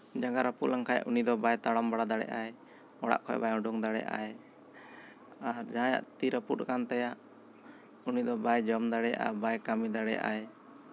ᱡᱟᱸᱜᱟ ᱨᱟᱹᱯᱩᱫ ᱞᱮᱱᱠᱷᱟᱱ ᱩᱱᱤ ᱫᱚ ᱵᱟᱭ ᱛᱟᱲᱟᱢ ᱵᱟᱲᱟ ᱫᱟᱲᱮᱜ ᱟᱭ ᱚᱲᱟᱜ ᱠᱷᱚᱱ ᱵᱟᱭ ᱩᱰᱩᱝ ᱫᱟᱲᱮᱭᱟᱜ ᱟᱭ ᱟᱨ ᱡᱟᱦᱟᱸᱭᱟᱜ ᱛᱤ ᱨᱟᱹᱯᱩᱫ ᱟᱠᱟᱱ ᱛᱟᱭᱟ ᱩᱱᱤ ᱫᱚ ᱵᱟᱭ ᱡᱚᱢ ᱫᱟᱲᱮᱭᱟᱜᱼᱟ ᱵᱟᱭ ᱠᱟᱹᱢᱤ ᱫᱟᱲᱮᱭᱟᱜ ᱟᱭ